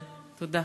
מוסדר.